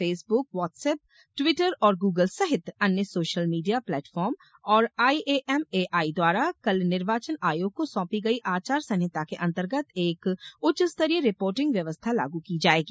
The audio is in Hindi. फेसबुक व्हाट्सअप ट्वीटर और गूगल सहित अन्य सोशल मीडिया प्लेटफॉर्म और आईएएमएआई द्वारा कल निर्वाचन आयोग को सौंपी गई आचार संहिता के अंतर्गत एक उच्च स्तरीय रिपोर्टिंग व्यवस्था लागू की जाएगी